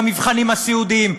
במבחנים הסיעודיים.